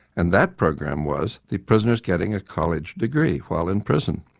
and that program was the prisoners getting a college degree while in prison.